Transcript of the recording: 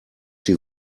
die